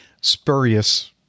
spurious